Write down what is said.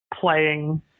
playing